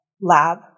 lab